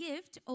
Gift